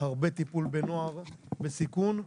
הרבה טיפול בנוער בסיכון.